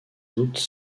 hautes